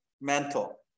Mental